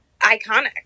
Iconic